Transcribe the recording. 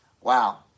Wow